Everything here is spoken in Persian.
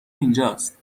اینجاست